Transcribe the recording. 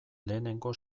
lehenengo